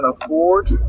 afford